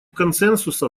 консенсуса